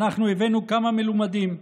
אנחנו הבאנו כמה מלומדים.